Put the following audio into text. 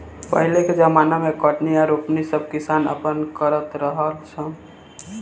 पहिले के ज़माना मे कटनी आ रोपनी सब किसान अपने से करत रहा सन